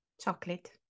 Chocolate